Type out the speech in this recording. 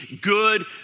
good